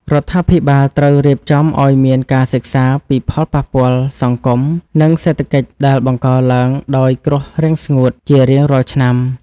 រដ្ឋាភិបាលត្រូវរៀបចំឱ្យមានការសិក្សាពីផលប៉ះពាល់សង្គម និងសេដ្ឋកិច្ចដែលបង្កឡើងដោយគ្រោះរាំងស្ងួតជារៀងរាល់ឆ្នាំ។